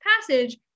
passage